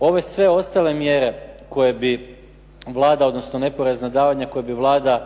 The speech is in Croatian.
Ove sve ostale mjere koje bi Vlada, odnosno neporezna davanja koja bi Vlada